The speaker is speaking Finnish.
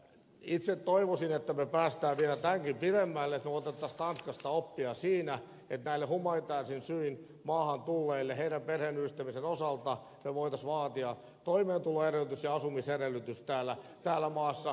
itse toivoisin että me pääsemme vielä tätäkin pidemmälle että me ottaisimme tanskasta oppia siinä että humanitaarisin syin maahan tulleille heidän perheenyhdistämisensä osalta me voisimme vaatia toimeentuloedellytyksen ja asumis edellytyksen täällä maassa